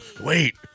wait